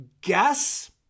guess